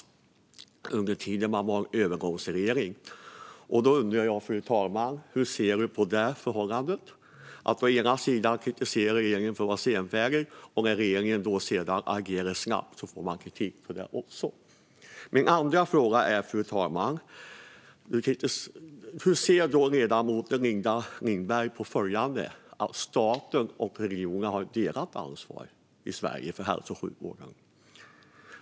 Hur ser ledamoten på att regeringen å ena sidan kritiseras för att vara senfärdig och å andra sidan kritiseras när den agerar snabbt? Så till min andra fråga. Hur ser ledamoten på att staten och regionerna har ett delat ansvar för hälso och sjukvården i Sverige?